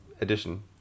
edition